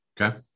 Okay